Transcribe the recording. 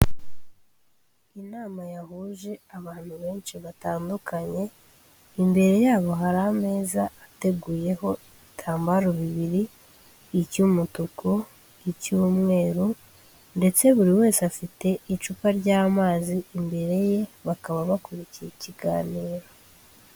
Inama yahuje abantu benshi batandukanye, imbere yabo hari ameza ateguyeho ibitambaro bibiri icy'umutuku, icy'umweru, ndetse buri wese afite icupa ry'amazi imbere ye, bakaba bakurikiye ikiganiro.